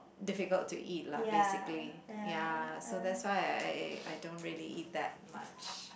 difficult to eat lah basically ya so that's why I I I don't really eat that much